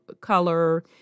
color